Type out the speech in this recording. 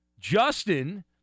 Justin